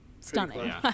stunning